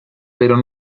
pero